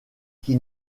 qui